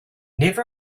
never